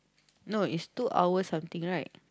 no is two hour something right